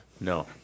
No